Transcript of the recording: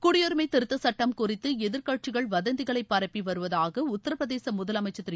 குடியுரிமை திருத்தச் சுட்டம் குறித்து எதிர்க்கட்சிகள் வதந்திகளை பரப்பி வருவதாக உத்திரப்பிரதேச முதலமைச்சர் திரு